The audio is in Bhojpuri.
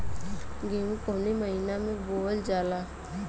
गेहूँ कवने महीना में बोवल जाला?